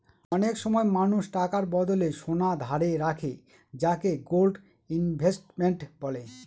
অনেক সময় মানুষ টাকার বদলে সোনা ধারে রাখে যাকে গোল্ড ইনভেস্টমেন্ট বলে